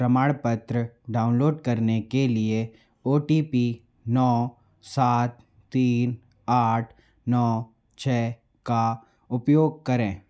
प्रमाणपत्र डाउनलोड करने के लिए ओ टी पी नौ सात तीन आठ नौ छ का उपयोग करें